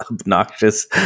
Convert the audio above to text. obnoxious